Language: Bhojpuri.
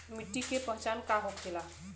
मिट्टी के पहचान का होखे ला?